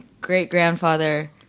great-grandfather